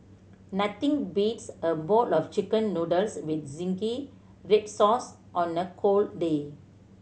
nothing beats a bowl of Chicken Noodles with zingy red sauce on a cold day